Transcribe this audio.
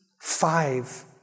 five